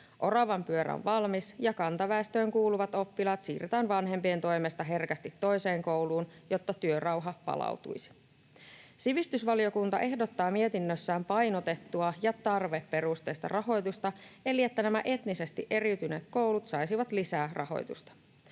Oravanpyörä on valmis, ja kantaväestöön kuuluvat oppilaat siirretään vanhempien toimesta herkästi toiseen kouluun, jotta työrauha palautuisi. Sivistysvaliokunta ehdottaa mietinnössään painotettua ja tarveperusteista rahoitusta eli että nämä etnisesti eriytyneet koulut saisivat lisää rahoitusta.